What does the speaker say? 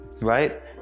Right